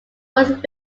both